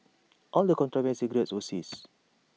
all the contraband cigarettes were seized